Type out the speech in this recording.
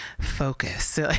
focus